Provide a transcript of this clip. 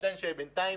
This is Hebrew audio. בינתיים